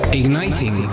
igniting